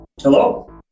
Hello